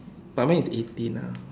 but mine is eighteen ah